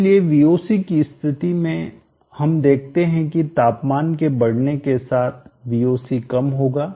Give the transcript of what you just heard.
इसलिए Voc की स्थिति में हम देखते हैं कि तापमान के बढ़ने के साथ Voc कम होगा